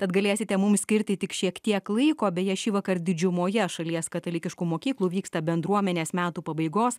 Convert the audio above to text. tad galėsite mums skirti tik šiek tiek laiko beje šįvakar didžiumoje šalies katalikiškų mokyklų vyksta bendruomenės metų pabaigos